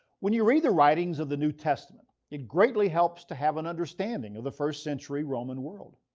when you read the writings of the new testament, it greatly helps to have an understanding of the first century roman world.